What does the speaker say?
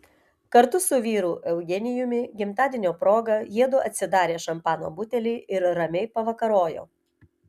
kartu su vyru eugenijumi gimtadienio proga jiedu atsidarė šampano butelį ir ramiai pavakarojo